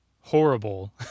horrible